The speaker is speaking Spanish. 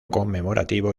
conmemorativo